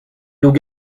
loups